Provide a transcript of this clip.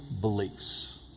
beliefs